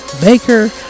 baker